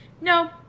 No